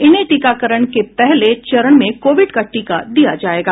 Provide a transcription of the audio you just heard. इन्हें टीकाकरण के पहले चरण में कोविड का टीका दिया जायेगा